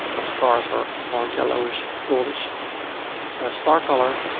ah stars are more yellowish, goldish. a star color,